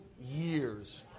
years